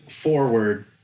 forward